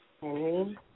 Henry